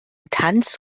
tanz